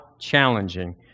challenging